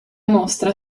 mostra